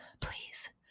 Please